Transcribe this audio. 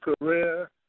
career